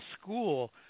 school